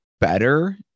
better